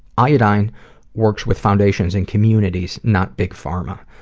iodine works with foundations and communities, not big pharma.